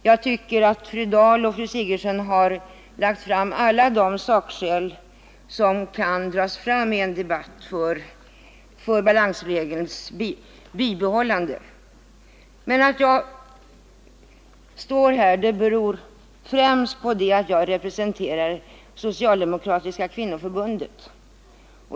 Jag tycker att fru Dahl och fru Sigurdsen lagt fram alla de sakskäl, som kan dras fram i en debatt för balansregelns bibehållande. Att jag står här beror främst på att jag representerar Socialdemokratiska kvinnoförbundet.